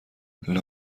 لابد